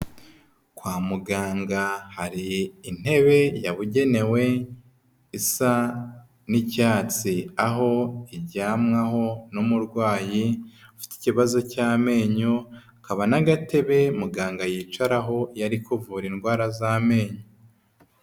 Kwa muganga hari intebe yabugenewe isa n'icyatsi, aho iryamwaho n'umurwayi ufite ikibazo cy'amenyo, hakaba n'agatebe muganga yicaraho iyo ari kuvura indwara z'amenyo.